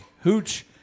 Hooch